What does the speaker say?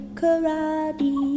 karate